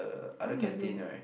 I want Milo